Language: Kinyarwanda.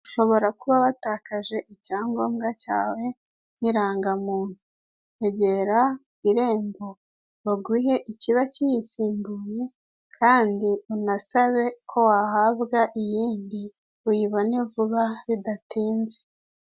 Aba ni abantu batatu, umwe muri bo asa nk'ukuze, ni umudamu wishimye afite umwana mu ntoki, hari undi uryamye wambaye ibintu by'umweru bisa nk'aho ari kwa muganga, hamwe n'ubwishingizi bwo kwivuza ku giti cyawe n'abagize umuryango ikizere cy'ejo hazaza, ibyishimo by'umuryango, ni amagambo yanditse ku cyapa cyamamaza baherereyeho.